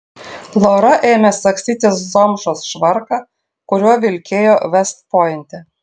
lora ėmė sagstytis zomšos švarką kuriuo vilkėjo vest pointe